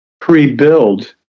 pre-build